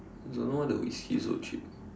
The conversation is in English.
don't know why the whisky so cheap